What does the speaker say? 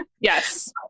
Yes